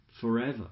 forever